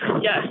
Yes